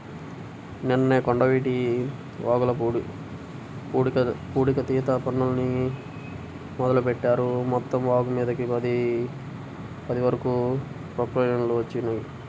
నిన్ననే కొండవీటి వాగుల పూడికతీత పనుల్ని మొదలుబెట్టారు, మొత్తం వాగుమీదకి పది వరకు ప్రొక్లైన్లు వచ్చినియ్యి